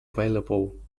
available